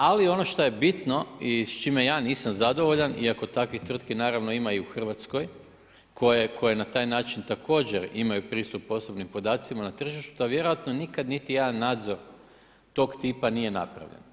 Ali, ono što je bitno i s čime ja nisam zadovoljan, iako takvih tvrtki naravno ima i u Hrvatskoj, koji na taj način, također imaju pristup posebnim podacima na tržištu, vjerojatno, nikada niti jedan nazor, tog tipa nije napravljen.